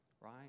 right